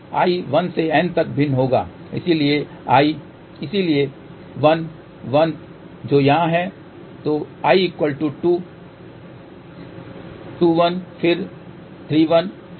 i 1 से N तक भिन्न होगा इसलिए 1 1 जो यहां है तो i2 2 1 फिर 3 1 और फिर N 1 होगा